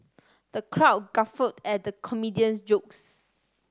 the crowd guffawed at the comedian's jokes